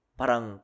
parang